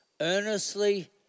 Earnestly